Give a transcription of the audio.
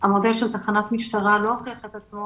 שהמודל של תחנת משטרה לא הוכיח את עצמו